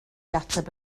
ateb